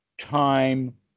time